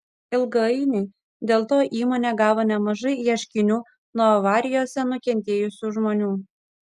ilgainiui dėl to įmonė gavo nemažai ieškinių nuo avarijose nukentėjusių žmonių